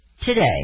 today